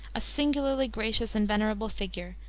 a singularly gracious and venerable figure,